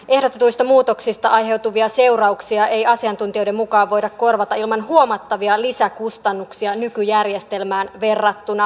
ehdotetuista muutoksista aiheutuvia seurauksia ei asiantuntijoiden mukaan voida korvata ilman huomattavia lisäkustannuksia nykyjärjestelmään verrattuna